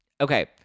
Okay